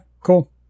cool